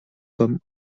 comme